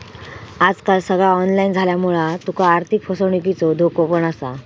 आजकाल सगळा ऑनलाईन झाल्यामुळा तुका आर्थिक फसवणुकीचो धोको पण असा